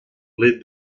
led